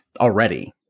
already